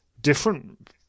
different